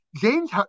James